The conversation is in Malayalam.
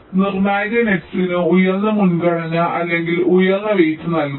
അതിനാൽ നിർണായക നെറ്സ്സിനു ഉയർന്ന മുൻഗണന അല്ലെങ്കിൽ ഉയർന്ന വെയ്റ് നൽകാം